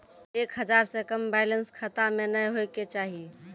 एक हजार से कम बैलेंस खाता मे नैय होय के चाही